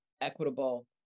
equitable